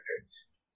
Records